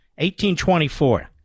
1824